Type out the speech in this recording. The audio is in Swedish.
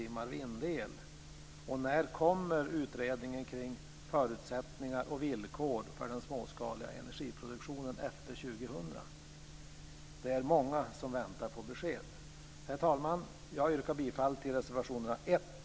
Och när kommer utredningen kring förutsättningar och villkor för den småskaliga energiproduktionen efter 2000? Det är många som väntar på besked. Herr talman! Jag yrkar bifall till reservationerna 1